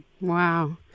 Wow